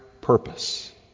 purpose